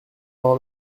par